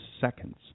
seconds